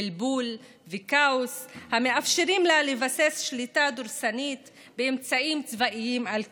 בלבול וכאוס המאפשרים לה לבסס שליטה דורסנית באמצעים צבאיים על כולם.